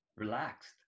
relaxed